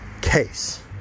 case